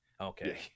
Okay